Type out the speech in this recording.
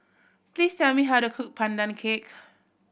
please tell me how to cook Pandan Cake